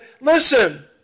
listen